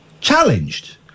challenged